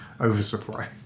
oversupply